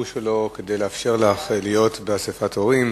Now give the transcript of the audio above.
שלו כדי לאפשר לך להיות באספת הורים.